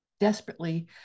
desperately